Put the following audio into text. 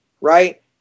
right